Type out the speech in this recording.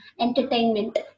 entertainment